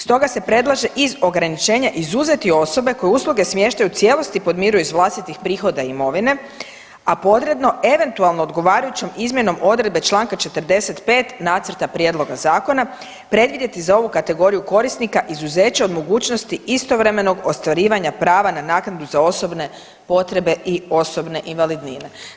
Stoga se predlaže iz ograničenja izuzeti osobe koje usluge smještaja u cijelosti podmiruju iz vlastitih prihoda imovine, a podredno eventualno odgovarajućom izmjenom odredbe Članka 45. nacrta prijedloga zakona predvidjeti za ovu kategoriju korisnika izuzeće od mogućnosti istovremenog ostvarivanja prava na naknadu za osobne potrebe i osobne invalidnine.